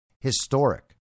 historic